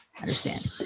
understand